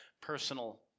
personal